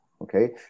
okay